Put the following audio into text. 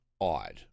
odd